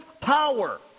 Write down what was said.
power